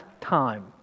time